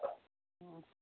ꯎꯝ